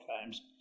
times